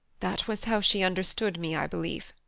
that was how she understood me, i believe.